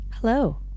Hello